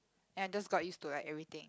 and I just got used to like everything